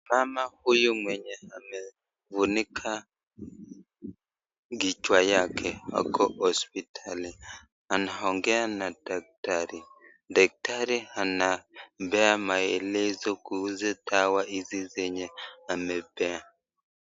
Mama huyu mwenye amefunika kichwa yake ako hospitali anaongea na daktari. Daktari anampea maelezo kuhusu dawa hizi zenye amempea.